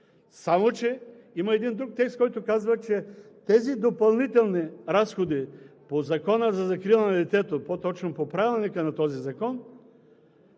Само че има един друг текст, който казва, че тези допълнителни разходи по Закона за закрила на детето, по-точно по Правилника на този закон,